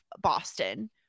Boston